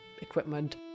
equipment